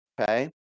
Okay